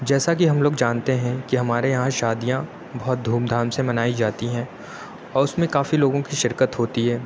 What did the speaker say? جیسا کہ ہم لوگ جانتے ہیں کہ ہمارے یہاں شادیاں بہت دھوم دھام سے منائی جاتی ہیں اور اُس میں کافی لوگوں کی شرکت ہوتی ہے